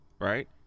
right